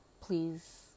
please